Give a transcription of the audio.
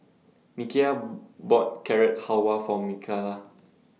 Nikia bought Carrot Halwa For Mikala